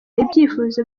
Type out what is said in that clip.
ibyifuzo